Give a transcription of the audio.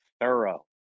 thorough